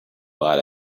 but